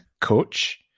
coach